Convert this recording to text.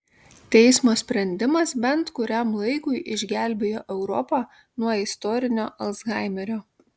teismo sprendimas bent kuriam laikui išgelbėjo europą nuo istorinio alzhaimerio